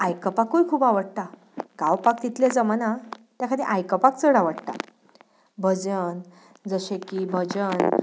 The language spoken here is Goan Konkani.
आयकपाकूय खूब आवडटा गावपाक तितलें जमना त्या खातीर आयकपाक चड आवडटा भजन जशें की भजन